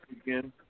again